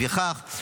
לפיכך,